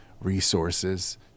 resources